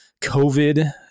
COVID